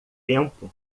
tempo